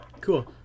cool